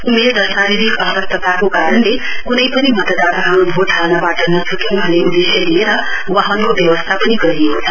उमेर र शारीरिक अशक्तताको कारणले कुनै पनि मतदाताहरु भोट हाल्नवाट नछुटुन् भन्ने उदेश्य लिएर वाहनको व्यवस्था पनि गरिएको छ